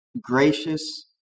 gracious